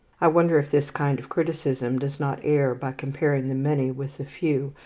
i wonder if this kind of criticism does not err by comparing the many with the few,